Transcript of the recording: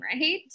right